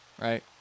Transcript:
right